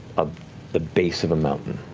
of the base of a mountain.